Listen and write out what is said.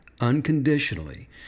unconditionally